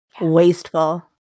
Wasteful